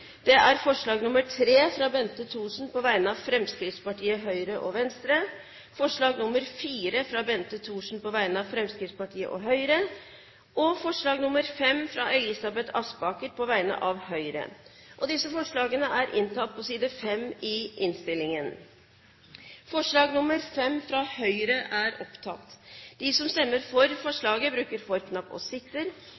Det er forslagene nr. 1 og 2, fra Bente Thorsen på vegne av Fremskrittspartiet, Høyre, Kristelig Folkeparti og Venstre forslag nr. 3, fra Bente Thorsen på vegne av Fremskrittspartiet, Høyre og Venstre forslag nr. 4, fra Bente Thorsen på vegne av Fremskrittspartiet og Høyre forslag nr. 5, fra Elisabeth Aspaker på vegne av Høyre Det voteres først over forslag nr. 5, fra Høyre.